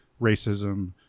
racism